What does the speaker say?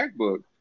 MacBook